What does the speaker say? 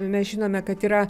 mes žinome kad yra